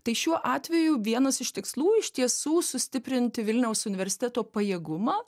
tai šiuo atveju vienas iš tikslų iš tiesų sustiprinti vilniaus universiteto pajėgumą